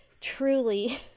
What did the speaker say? truly